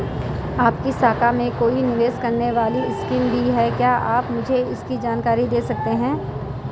आपकी शाखा में कोई निवेश करने वाली स्कीम भी है क्या आप मुझे इसकी जानकारी दें सकते हैं?